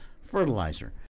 fertilizer